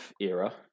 era